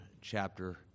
chapter